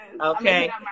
Okay